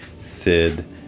Sid